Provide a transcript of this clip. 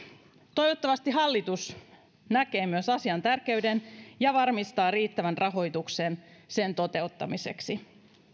toivottavasti myös hallitus näkee asian tärkeyden ja varmistaa riittävän rahoituksen sen toteuttamiseksi